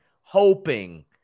hoping